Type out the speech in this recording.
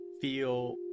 feel